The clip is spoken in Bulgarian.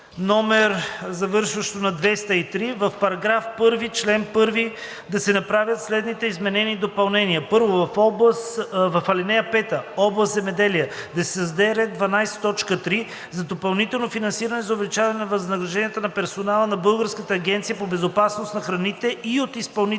завършващо на 203: „В § 1, чл. 1 да се направят следните изменения и допълнения: „1. В ал. 5, Област „Земеделие“ да се създаде ред 12.3. – „За допълнително финансиране за увеличение на възнагражденията на персонала от Българската агенция по безопасност на храните и от Изпълнителната